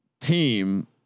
team